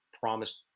promised